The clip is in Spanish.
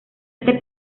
este